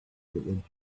that